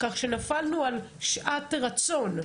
כך שנפלנו על שעת רצון.